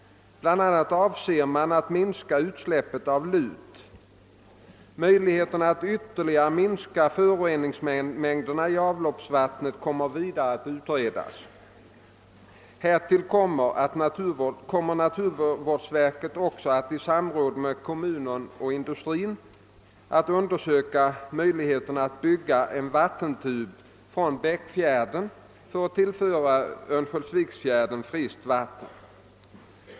Bland annat avser man att minska utsläppet av lut. Möjligheterna att ytterligare minska föroreningsmängderna i avloppsvattnet kommer vidare att utredas. Härvid kommer naturvårdsverket också att — i samråd med kommunerna och industrin — undersöka möjligheten att bygga en vat tentub från Bäckfjärden för att tillföra Örnsköldsviksfjärden friskt vatten.